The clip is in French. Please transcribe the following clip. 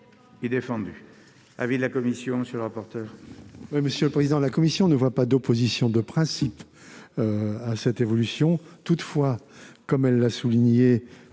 La commission ne voit pas d'opposition de principe à cette évolution.